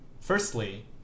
firstly